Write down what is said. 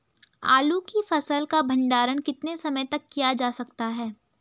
आलू की फसल का भंडारण कितने समय तक किया जा सकता है?